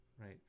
right